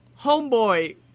Homeboy